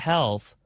Health